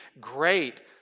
great